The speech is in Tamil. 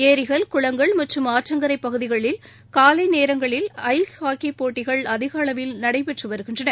ஏரிகள் குளங்கள் மற்றும் ஆற்றங்கரை பகுதிகளில் காலை நேரங்களில் ஐஸ் ஹாக்கி போட்டிகள் அதிகளவில் நடைபெற்று வருகின்றன